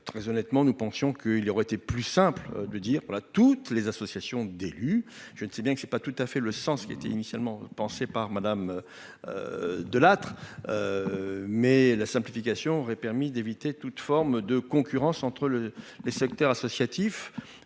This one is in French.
très honnêtement, nous pensions qu'il aurait été plus simple de dire par là, toutes les associations d'élus, je ne sais bien que c'est pas tout à fait le sens qui était initialement pensé par madame De Lattre mais la simplification aurait permis d'éviter toute forme de concurrence entre le les secteurs associatif